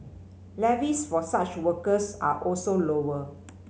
levies for such workers are also lower